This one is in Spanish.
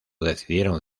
decidieron